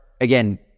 again